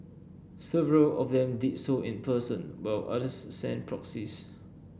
several of them did so in person while others sent proxies